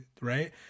right